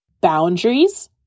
Boundaries